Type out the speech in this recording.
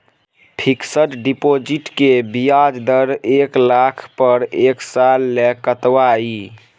Fixed deposit के ब्याज दर एक लाख पर एक साल ल कतबा इ?